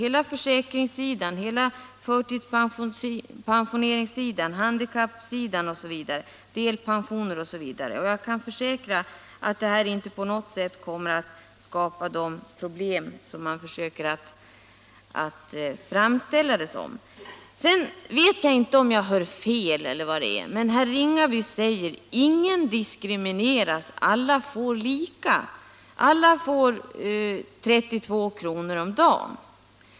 Hela försäkringsområdet, — en, m.m. hela förtidspensioneringen, handikappersättningarna, delpensioneringen osv. kräver just sådana överväganden, och jag kan försäkra att det här inte på något sätt kommer att skapa de problem som herr Ringaby vill göra gällande. Sedan vet jag inte om jag har hört fel, men herr Ringaby säger: Ingen diskrimineras, alla får lika, alla får 32 kr. om dagen.